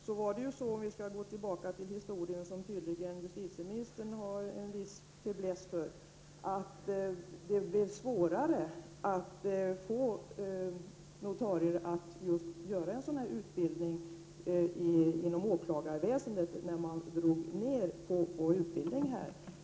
Om vi skall gå tillbaka i historien, som tydligen justitieministern har en viss fäbless för, är det så att det var svårare att få notarier att genomgå en sådan utbildning inom åklagarväsendet när man drog ner på utbildningen.